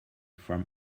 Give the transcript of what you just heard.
from